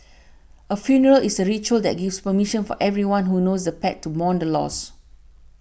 a funeral is a ritual that gives permission for everyone who knows the pet to mourn the loss